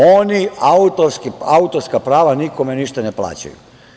Oni autorska prava nikome ništa ne plaćaju.